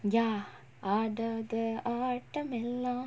ya